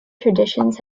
traditions